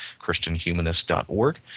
ChristianHumanist.org